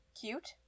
Cute